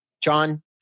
John